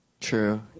True